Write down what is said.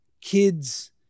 kids